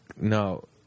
no